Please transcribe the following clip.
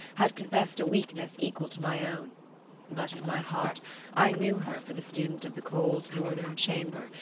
had confessed a weakness equal to my own but in my heart i knew her for the student of the cold northern chamber,